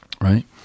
Right